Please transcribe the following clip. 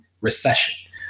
recession